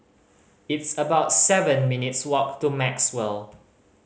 it's about seven minutes' walk to Maxwell